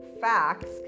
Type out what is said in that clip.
facts